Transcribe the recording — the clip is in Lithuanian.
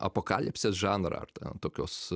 apokalipsės žanrąar ten tokios